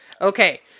Okay